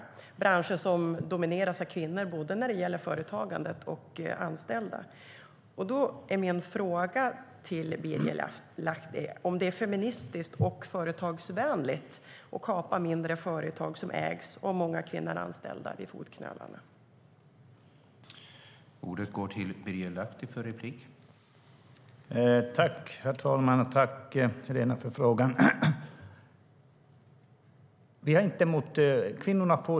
Det är branscher som domineras av kvinnor när det gäller både företagandet och de anställda. Min fråga till Birger Lahti är om det är feministiskt och företagsvänligt att kapa mindre företag som ägs av kvinnor och har många kvinnor anställda vid fotknölarna.